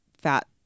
fat